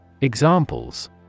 Examples